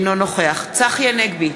אינו נוכח צחי הנגבי,